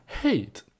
hate